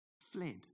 fled